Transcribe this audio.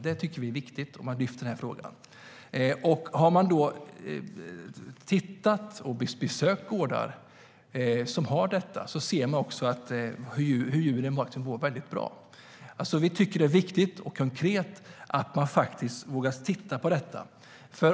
Vi tycker att det är viktigt att man lyfter fram den frågan. Om man har besökt gårdar som har detta ser man också att djuren mår väldigt bra. Vi tycker att det är viktigt att man konkret vågar titta på detta.